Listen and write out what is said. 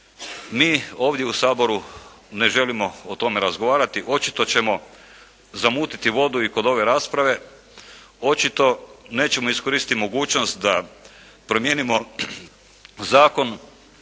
mi ovdje u Saboru ne želimo o tome razgovarati. Očito ćemo zamutiti vodu i kod ove rasprave. Očito nećemo iskoristiti mogućnost da promijenimo zakon